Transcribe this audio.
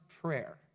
Prayer